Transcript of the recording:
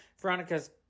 Veronica's